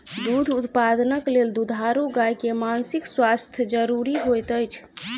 दूध उत्पादनक लेल दुधारू गाय के मानसिक स्वास्थ्य ज़रूरी होइत अछि